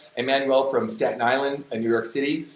imanuel from staten island new york city.